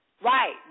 Right